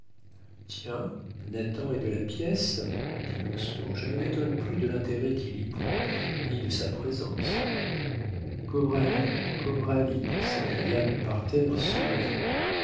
tiens nathan est de la pièce dit lousteau je ne m'étonne plus de l'intérêt qu'il y prend ni de sa présence coralie coralie s'écria le parterre soulevé